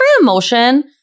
emotion